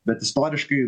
bet istoriškai